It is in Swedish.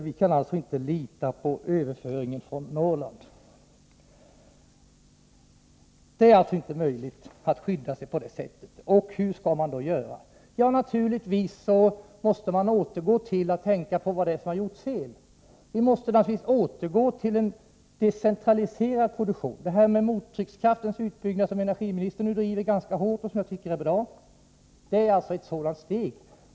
Vi kan alltså inte lita till överföringen av kraft från Norrland, och det är följaktligen inte möjligt att skydda sig på det sättet. Hur skall vi då göra? Jo, naturligtvis måste vi inrikta oss på det som har gjorts fel. Vi måste alltså återgå till en decentraliserad produktion. Utbyggnaden av mottryckskraften är någonting som energiministern driver hårt och som jag tycker är bra. Det är ett steg i den riktning jag nämnde.